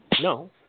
No